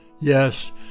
Yes